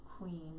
Queen